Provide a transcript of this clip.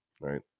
right